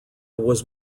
was